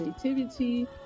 creativity